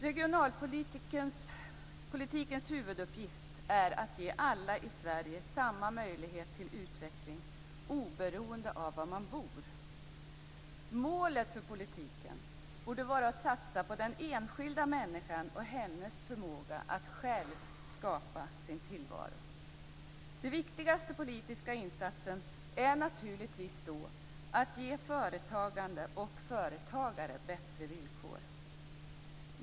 Regionalpolitikens huvuduppgift är att ge alla i Sverige samma möjlighet till utveckling oberoende av var man bor. Målet för politiken borde vara att satsa på den enskilda människan och hennes förmåga att själv skapa sin tillvaro. Den viktigaste politiska insatsen är naturligtvis då att ge företagande och företagare bättre villkor.